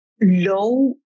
low